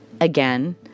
Again